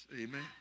amen